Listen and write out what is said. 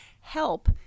Help